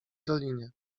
dolinie